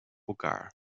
elkaar